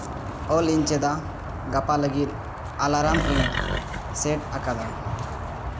ᱚᱞᱤ ᱤᱧ ᱪᱮᱫ ᱜᱟᱯᱟ ᱞᱟᱹᱜᱤᱫ ᱮᱞᱟᱨᱟᱢ ᱤᱧ ᱥᱮᱴ ᱟᱠᱟᱫᱟ